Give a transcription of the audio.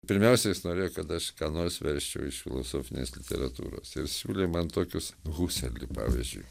pirmiausia jis norėjo kad aš ką nors versčiau iš filosofinės literatūros ir siūlė man tokius huselį pavyzdžiui